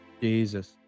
Jesus